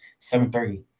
7.30